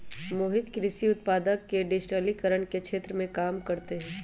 मोहित कृषि उत्पादक के डिजिटिकरण के क्षेत्र में काम करते हई